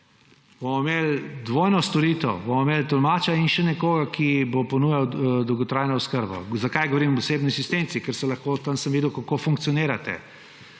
Bomo imeli dvojno storitev, bomo imeli tolmača in še nekoga, ki bo ponujal dolgotrajno oskrbo? Zakaj govorim o osebni asistenci? Tam sem videl, kako funkcionirate.